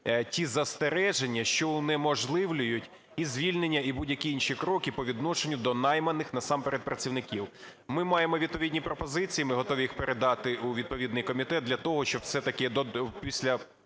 ті застереження, що унеможливлюють і звільнення, і будь-які інші кроки по відношенню до найманих насамперед працівників. Ми маємо відповідні пропозиції, ми готові їх передати у відповідний комітет для того, щоб все-таки після